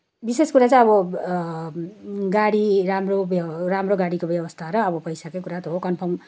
विशेष कुरा चाहिँ अब गाडी राम्रो व्यव राम्रो गाडीको व्यवस्था र अब पैसाकै कुरा त हो कन्फर्म